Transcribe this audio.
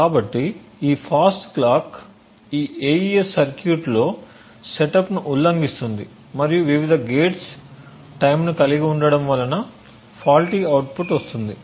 కాబట్టి ఈ fast clock ఈ AES సర్క్యూట్లో సెటప్ను ఉల్లంఘిస్తుంది మరియు వివిధ గేట్స్ టైమ్ని కలిగి ఉండటం వలన ఫాల్టీ అవుట్పుట్ వస్తుంది